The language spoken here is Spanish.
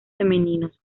femeninos